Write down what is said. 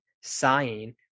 sighing